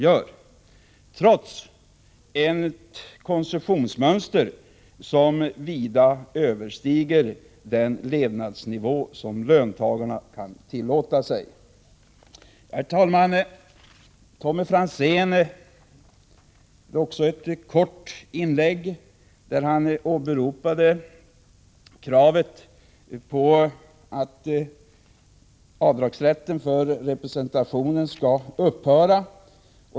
Dessutom har gruppen en konsumtion, som vida överstiger den som löntagarna kan tillåta sig. Herr talman! Tommy Franzén gjorde ett kort inlägg där han åberopade kravet på att avdragsrätten för representationen skall upphöra.